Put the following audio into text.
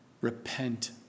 Repent